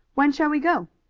when shall we go?